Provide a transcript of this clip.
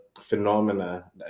phenomena